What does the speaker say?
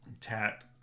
Tat